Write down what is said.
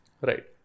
Right